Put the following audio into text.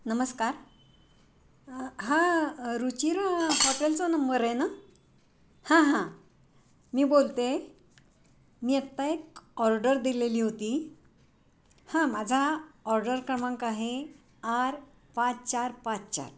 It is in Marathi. नमस्कार हा रुचिरा हॉटेलचा नंबर आहे ना हां हां मी बोलते आहे मी आत्ता एक ऑर्डर दिलेली होती हां माझा ऑर्डर क्रमांक आहे आर पाच चार पाच चार